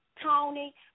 Tony